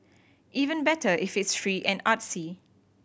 even better if it's free and artsy